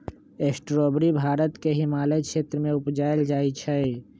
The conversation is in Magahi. स्ट्रावेरी भारत के हिमालय क्षेत्र में उपजायल जाइ छइ